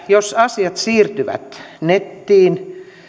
jos asiat siirtyvät nettiin